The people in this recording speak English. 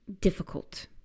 difficult